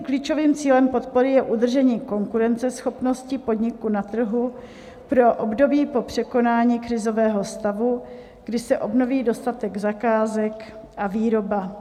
Klíčovým cílem podpory je udržení konkurenceschopnosti podniku na trhu pro období po překonání krizového stavu, kdy se obnoví dostatek zakázek a výroba.